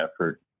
effort